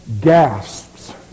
gasps